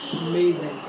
Amazing